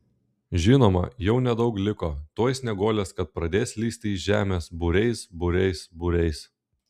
žinoma jau nedaug liko tuoj snieguolės kad pradės lįsti iš žemės būriais būriais būriais